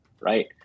right